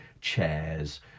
chairs